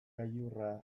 gailurra